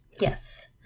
Yes